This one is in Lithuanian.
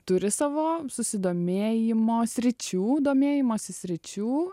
turi savo susidomėjimo sričių domėjimosi sričių